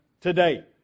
today